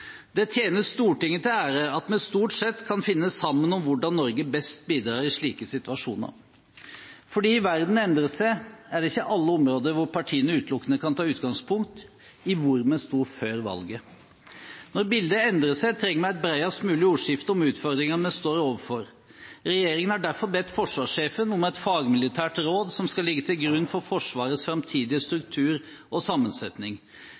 Det tjener Stortinget til ære at vi stort sett kan finne sammen om hvordan Norge best bidrar i slike situasjoner. Fordi verden endrer seg, kan ikke partiene på alle områder utelukkende ta utgangspunkt i hvor vi sto før valget. Når bildet endrer seg, trenger vi et bredest mulig ordskifte om utfordringene vi står overfor. Regjeringen har derfor bedt forsvarssjefen om et fagmilitært råd som skal ligge til grunn for Forsvarets framtidige struktur og sammensetning.